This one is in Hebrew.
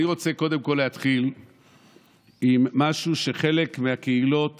אני רוצה קודם כול להתחיל עם משהו שחלק מהקהילות